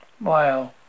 Wow